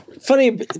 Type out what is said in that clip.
funny